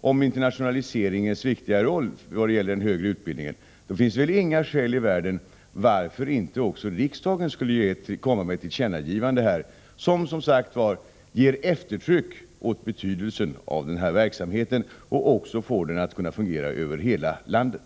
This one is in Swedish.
om internationaliseringens viktiga roll då det gäller den högre utbildningen finns det väl inga skäl i världen till att inte också riksdagen skulle komma med ett tillkännagivande som, som sagt var, ger eftertryck åt betydelsen av den här verksamheten och även får den att fungera över hela landet.